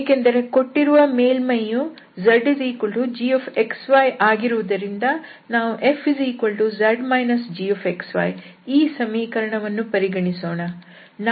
ಯಾಕೆಂದರೆ ಕೊಟ್ಟಿರುವ ಮೇಲ್ಮೈಯು zgxy ಆಗಿದ್ದರಿಂದ ನಾವು fz gxyಈ ಸಮೀಕರಣವನ್ನು ಪರಿಗಣಿಸೋಣ